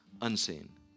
unseen